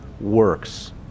works